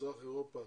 מזרח אירופה